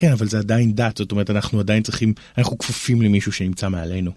כן, אבל זה עדיין דת, זאת אומרת אנחנו עדיין צריכים, אנחנו כפופים למישהו שנמצא מעלינו.